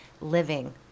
living